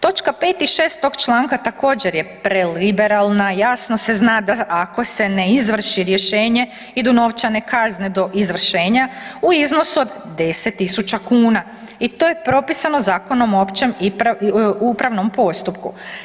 Točka 5 i 6 tog članka također, je preliberalna, jasno se zna da, ako se ne izvrši rješenje, idu novčane kazne do izvršenja u iznosu od 10 tisuća kuna i to je propisano Zakonom o općem upravnom postupku.